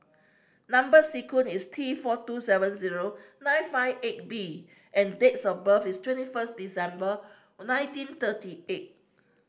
number sequence is T four two seven zero nine five eight B and dates of birth is twenty first December nineteen thirty eight